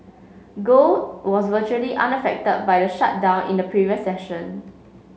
gold was virtually unaffected by the shutdown in the previous session